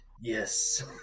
Yes